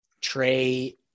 Trey